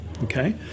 Okay